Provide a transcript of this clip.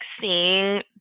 seeing